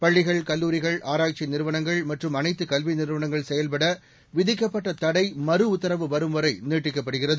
பள்ளிகள் கல்லூரிகள் ஆராய்ச்சி நிறுவனங்கள் மற்றும் அனைத்து கல்வி நிறுவனங்கள் செயல்பட விதிக்கப்பட்ட தடை மறுஉத்தரவு வரும்வரை நீட்டிக்கப்படுகிறது